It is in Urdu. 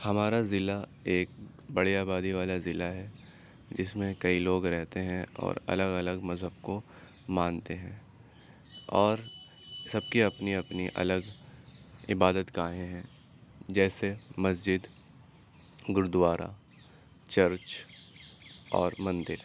ہمارا ضلع ایک بڑی آبادی والا ضلع ہے جس میں کئی لوگ رہتے ہیں اور الگ الگ مذہب کو مانتے ہیں اور سب کی اپنی اپنی الگ عبادت گاہیں ہیں جیسے مسجد گرودوارا چرچ اور مندر